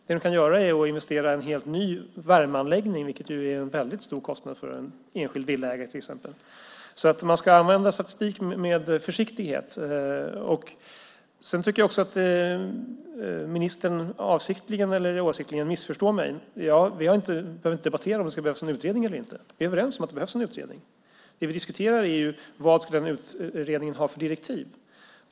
Det de kan göra är att investera i en helt ny värmeanläggning, vilket är en väldigt stor kostnad för till exempel en enskild villaägare. Man ska använda statistik med försiktighet. Ministern missförstår mig, avsiktligt eller oavsiktligt. Vi behöver inte debattera om det ska behövas en utredning eller inte. Vi är överens om att det behövs en utredning. Det vi diskuterar är vad utredningen ska ha för direktiv.